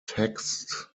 texts